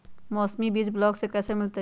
मौसमी बीज ब्लॉक से कैसे मिलताई?